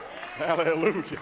hallelujah